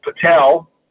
Patel